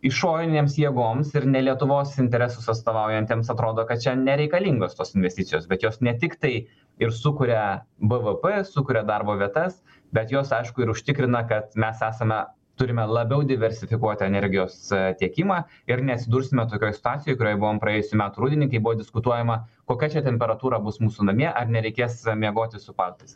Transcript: išorinėms jėgoms ir ne lietuvos interesus atstovaujantiems atrodo kad čia nereikalingos tos investicijos bet jos ne tiktai ir sukuria bvp sukuria darbo vietas bet jos aišku ir užtikrina kad mes esame turime labiau diversifikuoti energijos tiekimą ir neatsidursime tokioj situacijoj kurioj buvom praėjusių metų rudenį kai buvo diskutuojama kokia čia temperatūra bus mūsų namie ar nereikės miegoti su paltais